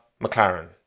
McLaren